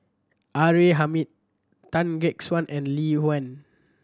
R A Hamid Tan Gek Suan and Lee Wen